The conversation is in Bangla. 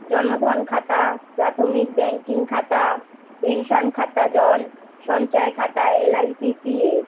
জনধন খাতা প্রাথমিক ব্যাঙ্কিং খাতা পেনশন খাতা জন সঞ্চয় খাতা এলআইসি পিএফ